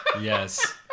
Yes